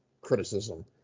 criticism